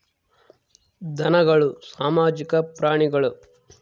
ಧನಗಳು ಸಾಮಾಜಿಕ ಪ್ರಾಣಿಗಳು